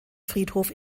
friedhof